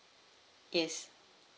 yes